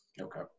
Okay